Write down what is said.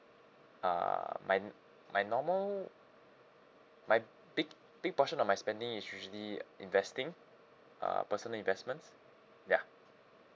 uh my my normal my big big portion of my spending is usually investing uh personal investments ya